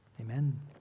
amen